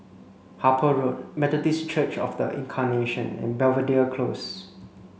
Harper Road Methodist Church Of The Incarnation and Belvedere Close